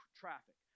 traffic